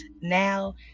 now